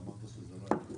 (2)